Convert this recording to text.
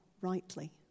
rightly